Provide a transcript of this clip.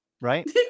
Right